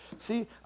See